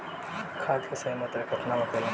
खाद्य के सही मात्रा केतना होखेला?